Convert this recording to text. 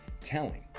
telling